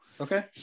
Okay